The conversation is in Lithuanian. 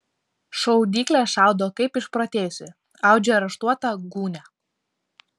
šaudyklė šaudo kaip išprotėjusi audžia raštuotą gūnią